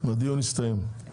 הדיון הסתיים.